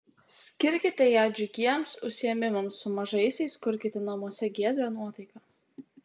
skirkite ją džiugiems užsiėmimams su mažaisiais kurkite namuose giedrą nuotaiką